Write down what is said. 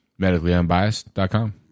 medicallyunbiased.com